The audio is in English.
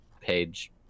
page